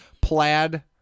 plaid